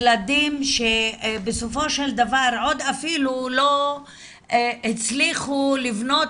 ילדים שבסופו של דבר אפילו עוד לא הצליחו לבנות